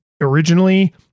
originally